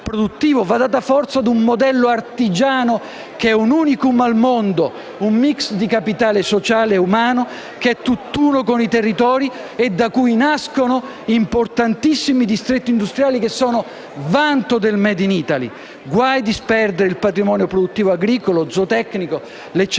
va data forza a un modello artigiano che è un *unicum* al mondo, un *mix* di capitale sociale e umano che è tutt'uno con i territori e da cui nascono importantissimi distretti industriali che sono vanto del *made in Italy*. Guai a disperdere il patrimonio produttivo agricolo e zootecnico o le eccellenze